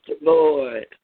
Lord